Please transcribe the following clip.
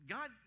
God